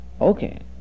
Okay